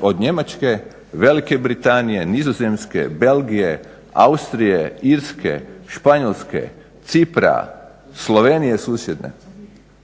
od Njemačke, Velike Britanije, Nizozemske, Belgije, Austrije, Irske, Španjolske, Cipra, Slovenije susjedne